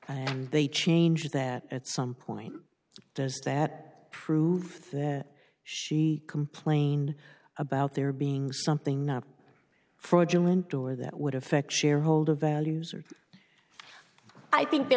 and they changed that at some point does that prove that she complained about there being something not fraudulent or that would affect shareholder values or i think there